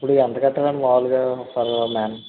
ఇపుడు ఎంత కట్టాలండి మామూలుగా పర్ మ్యాన్